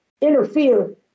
interfere